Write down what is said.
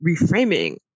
reframing